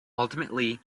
ultimately